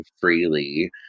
freely